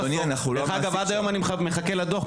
דרך אגב, עד היום אני מחכה לדוח.